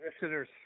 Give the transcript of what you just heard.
visitors